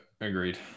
agreed